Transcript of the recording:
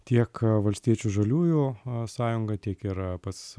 tiek valstiečių žaliųjų sąjunga tiek ir pats